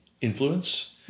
influence